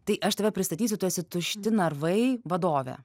tai aš tave pristatysiu tu esi tušti narvai vadovė